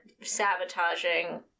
sabotaging